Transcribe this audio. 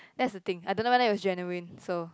that's the thing I don't know whether it was genuine so